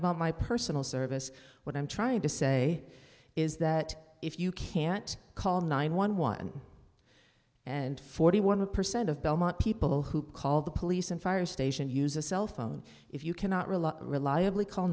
about my personal service what i'm trying to say is that if you can't call nine one one and forty one percent of belmont people who call the police and fire station use a cell phone if you cannot rely reliably call